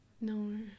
no